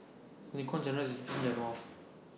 Kwang Juliana Yasin has that I know of